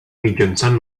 mitjançant